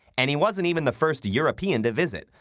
and he wasn't even the first european to visit.